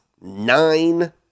nine